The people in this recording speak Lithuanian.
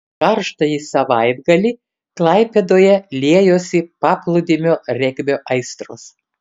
karštąjį savaitgalį klaipėdoje liejosi paplūdimio regbio aistros